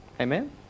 Amen